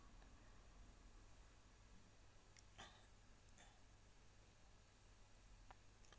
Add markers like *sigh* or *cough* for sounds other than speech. *noise*